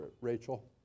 Rachel